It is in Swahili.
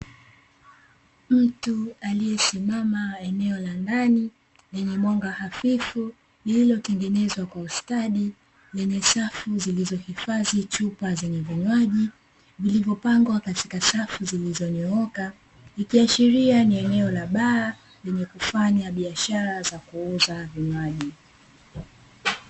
Mtu aliyesimama eneo la ndani lenye mwanga hafifu lililotengenezwa kwa ustadi, lenye safu lililohifadhi chupa zenye vinywaji zilizopangwa katika safu zilizonyooka, ikiashiria ni eneo la baa lenye kufanya biashara ya kuuza vinywaji.